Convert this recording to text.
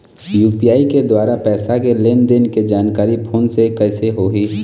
UPI के द्वारा पैसा के लेन देन के जानकारी फोन से कइसे होही?